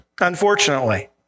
unfortunately